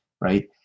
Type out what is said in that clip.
right